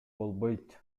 болбойт